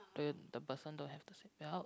told you the person don't have the seatbelt